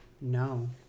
no